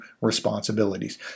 responsibilities